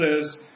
says